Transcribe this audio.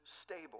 stable